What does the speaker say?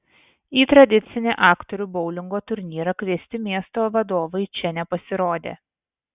į tradicinį aktorių boulingo turnyrą kviesti miesto vadovai čia nepasirodė